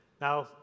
Now